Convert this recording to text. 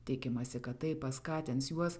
tikimasi kad tai paskatins juos